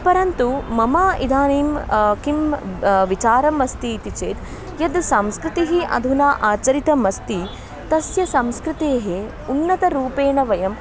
परन्तु मम इदानीं किं विचारम् अस्ति इति चेत् यद् संस्कृतिः अधुना आचरितमस्ति तस्य संस्कृतेः उन्नतरूपेण वयम्